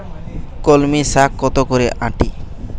কলমি শাখ কত করে আঁটি?